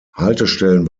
haltestellen